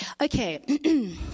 Okay